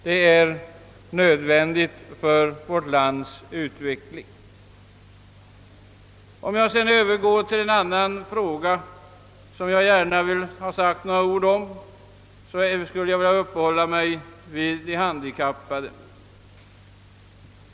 Detta är nödvändigt för vårt lands utveckling. Jag skall sedan övergå till en annan fråga som jag gärna vill säga några ord om. Det gäller de handikappade.